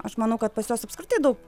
aš manau kad pas juos apskritai daug